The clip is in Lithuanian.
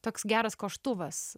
toks geras koštuvas